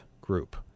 group